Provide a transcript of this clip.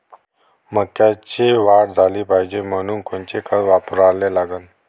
मक्याले वाढ झाली पाहिजे म्हनून कोनचे खतं वापराले लागन?